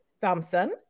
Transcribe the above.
Thompson